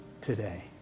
today